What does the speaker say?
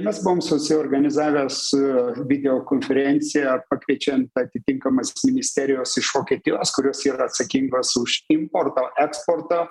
mes buvom susiorganizavęs video konferenciją pakviečiant atitinkamas ministerijos iš vokietijos kurios yra atsakingos už importą eksportą